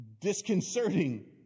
disconcerting